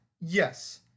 Yes